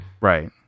Right